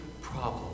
problem